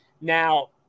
Now